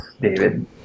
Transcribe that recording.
David